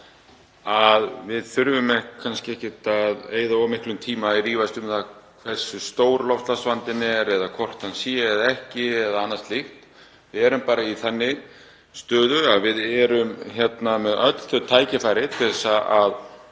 að við þurfum kannski ekkert að eyða of miklum tíma í að rífast um það hversu stór loftslagsvandinn er eða hvort hann sé eða ekki eða annað slíkt. Við erum bara í þannig stöðu að við erum hérna með öll þau tækifæri til að